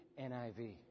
NIV